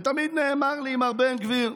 ותמיד נאמר לי: מר בן גביר,